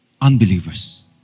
unbelievers